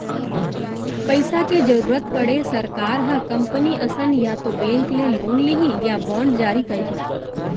पइसा के जरुरत पड़े सरकार ह कंपनी असन या तो बेंक ले लोन लिही या बांड जारी करही